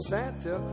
Santa